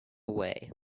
way